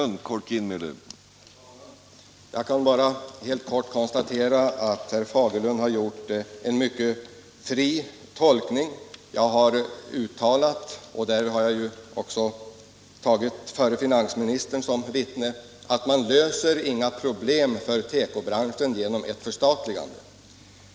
Herr talman! Jag kan bara helt kort konstatera att herr Fagerlund har gjort en mycket fri tolkning. Jag har uttalat — och där har jag också tagit förre finansministern som vittne — att man löser inga problem för tekobranschen genom ett förstatligande.